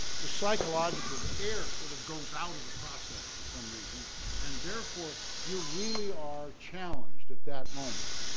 the psychological the air sort of goes out of the process for some reason and therefore you really are challenged at that moment.